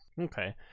okay